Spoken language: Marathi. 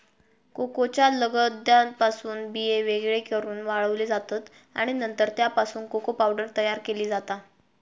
कोकोच्या लगद्यापासून बिये वेगळे करून वाळवले जातत आणि नंतर त्यापासून कोको पावडर तयार केली जाता